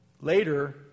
Later